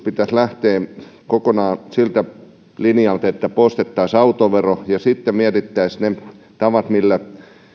pitäisi lähteä kokonaan siltä linjalta että poistettaisiin autovero ja sitten mietittäisiin ne tavat millä